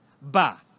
Ba